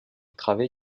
travée